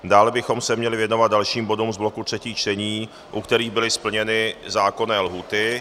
Dále bychom se měli věnovat dalším bodům z bloku třetích čtení, u kterých byly splněny zákonné lhůty.